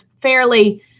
fairly